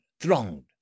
thronged